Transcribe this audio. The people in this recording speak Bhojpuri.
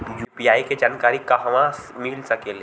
यू.पी.आई के जानकारी कहवा मिल सकेले?